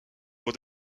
vaut